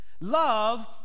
love